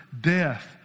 death